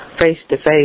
face-to-face